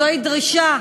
זו היסטוריה,